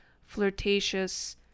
flirtatious